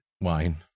wine